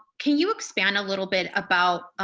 can you expand a little bit about